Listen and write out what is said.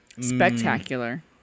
Spectacular